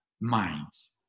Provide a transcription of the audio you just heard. minds